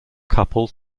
couple